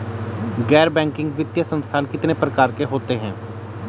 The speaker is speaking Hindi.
गैर बैंकिंग वित्तीय संस्थान कितने प्रकार के होते हैं?